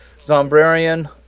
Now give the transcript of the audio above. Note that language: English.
Zombrarian